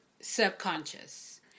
subconscious